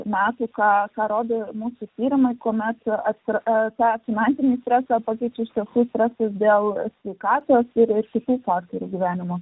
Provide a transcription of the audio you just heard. ką rodo mūsų tyrimai kuomet tą finansinį stresą pakeičia stresas dėl sveikatos ir kiti faktoriai gyvenimo